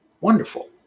wonderful